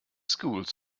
schools